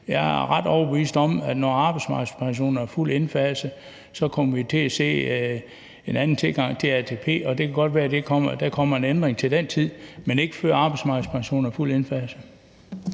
er jeg ret overbevist om, at når arbejdsmarkedspensionen er fuldt indfaset, så kommer vi til at se en anden tilgang til ATP. Det kan godt være, at der kommer en ændring til den tid, men ikke før arbejdsmarkedspensionen er fuldt indfaset.